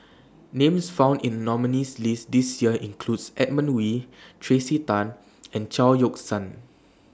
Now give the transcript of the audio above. Names found in nominees' list This Year includes Edmund Wee Tracey Tan and Chao Yoke San